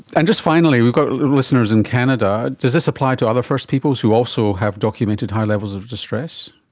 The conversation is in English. and just finally, we've got listeners in canada, does this apply to other first peoples who also have documented high levels of distress?